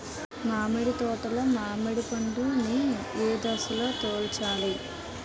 మామిడి తోటలో మామిడి పండు నీ ఏదశలో తుంచాలి?